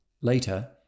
Later